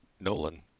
Nolan